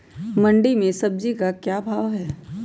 मंडी में सब्जी का क्या भाव हैँ?